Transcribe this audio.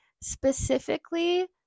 specifically